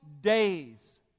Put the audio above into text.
days